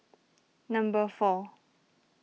number four